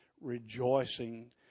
rejoicing